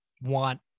want